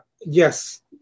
Yes